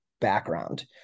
background